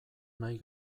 nahi